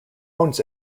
owns